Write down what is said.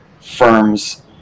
firms